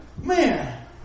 Man